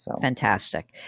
Fantastic